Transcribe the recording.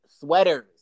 sweaters